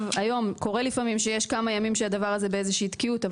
קורה לפעמים שיש כמה ימים שהדבר הזה באיזושהי תקיעות,